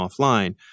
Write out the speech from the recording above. offline